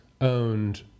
owned